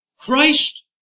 Christ